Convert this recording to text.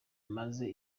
imaze